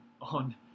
on